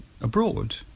abroad